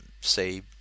say